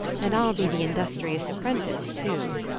and i'll be the industrious apprentice too.